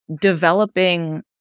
developing